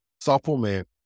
supplement